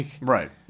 Right